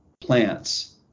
plants